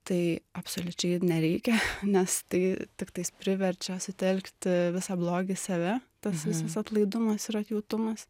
tai absoliučiai nereikia nes tai tiktais priverčia sutelkti visą blogį į save tas visas atlaidumas ir atjautumas